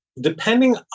Depending